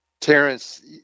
Terrence